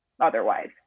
otherwise